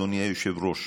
אדוני היושב-ראש,